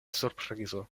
surprizo